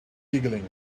giggling